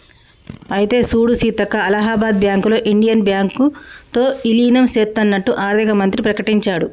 అయితే సూడు సీతక్క అలహాబాద్ బ్యాంకులో ఇండియన్ బ్యాంకు తో ఇలీనం సేత్తన్నట్టు ఆర్థిక మంత్రి ప్రకటించాడు